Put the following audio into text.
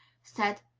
said,